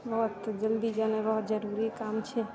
बहुत जल्दी जाना हइ बहुत जरूरी काम छै